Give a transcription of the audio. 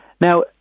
Now